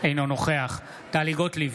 אינו נוכח טלי גוטליב,